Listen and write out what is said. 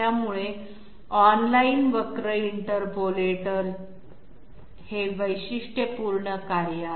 त्यामुळे online curvilinear इंटरपोलेटरचे हे वैशिष्ट्यपूर्ण कार्य आहे